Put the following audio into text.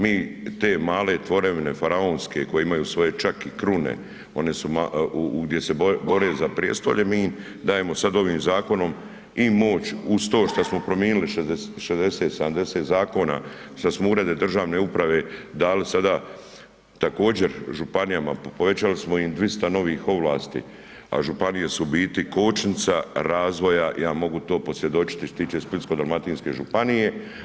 Mi te male tvorevine faraonske koje ima svoje čak i krune, one su, gdje se bore za prijestolje mi im daje sad ovim zakonom i moć uz to što smo primijenili 60, 70 zakona, što smo urede državne uprave dali sada također županijama, povećali smo im 200 novih ovlasti, a županije su u biti kočnica razvoja, ja mogu to posvjedočiti što se tiče Splitsko-dalmatinske županije.